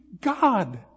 God